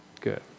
Good